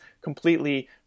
completely